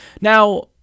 Now